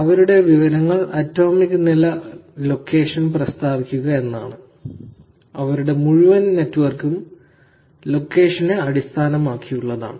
അവരുടെ വിവരങ്ങളുടെ ആറ്റോമിക നില ലൊക്കേഷൻ പ്രസ്താവിക്കുക എന്നതാണ് അവരുടെ മുഴുവൻ നെറ്റ്വർക്കും ലൊക്കേഷനെ അടിസ്ഥാനമാക്കിയുള്ളതാണ്